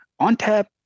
ONTAP